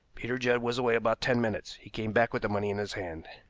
peter judd was away about ten minutes. he came back with the money in his hand.